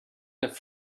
that